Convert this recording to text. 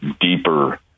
deeper